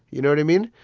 you know what i mean?